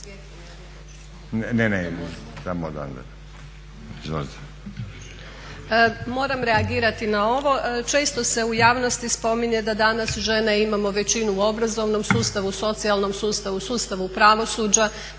Moram reagirati na ovo. Često se u javnosti spominje da danas žene imamo većinu u obrazovnom sustavu, socijalnom sustavu, sustavu pravosuđa,